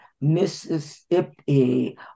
Mississippi